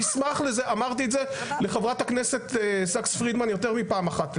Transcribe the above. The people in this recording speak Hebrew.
אמרתי את זה לחברת הכנסת פרידמן יותר מפעם אחת לדעתי.